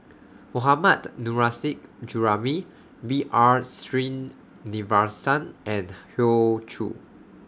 Mohammad Nurrasyid Juraimi B R Sreenivasan and Hoey Choo